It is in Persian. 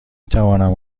توانم